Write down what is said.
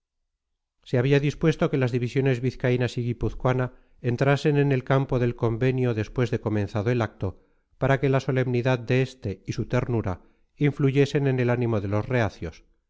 se había dispuesto que las divisiones vizcaínas y guipuzcoana entrasen en el campo del convenio después de comenzado el acto para que la solemnidad de este y su ternura influyesen en el ánimo de los reacios